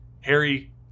Harry